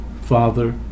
Father